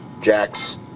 Jax